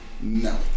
No